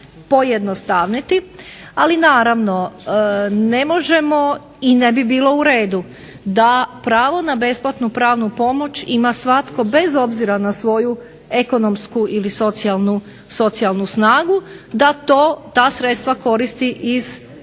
ali naravno ne možemo i ne bi bilo u redu da pravo na besplatnu pravnu pomoć ima svatko bez obzira na svoju ekonomsku ili socijalnu snagu, da to, ta sredstva koristi iz, zapravo